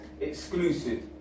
exclusive